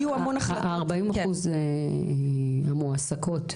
40 אחוזים מועסקות,